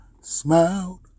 smiled